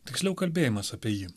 tiksliau kalbėjimas apie jį